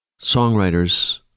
songwriters